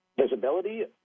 Visibility